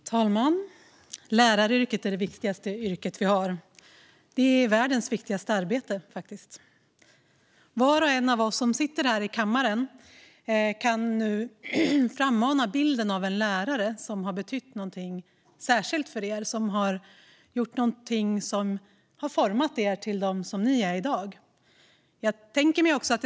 Herr talman! Läraryrket är det viktigaste yrket vi har. Det är världens viktigaste arbete. Var och en av oss som sitter här i kammaren kan här och nu frammana bilden av en lärare som har betytt något särskilt och format oss till de personer vi har blivit i dag.